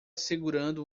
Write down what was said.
segurando